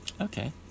Okay